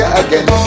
again